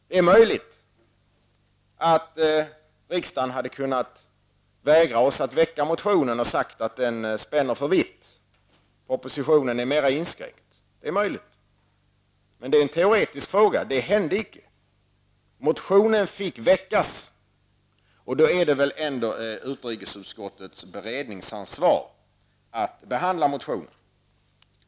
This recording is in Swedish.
Det är möjligt att riksdagen hade kunnat vägra oss att väcka motionen och sagt att den spänner för vitt. Oppositionen är mera inskränkt. Men det är en teoretisk fråga. Detta hände icke. Motionen fick väckas, och då är det väl ändå utrikesutskottets beredningsansvar att behandla motionen.